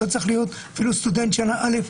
לא צריך להיות אפילו סטודנט שנה א'.